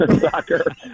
soccer